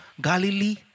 Galilee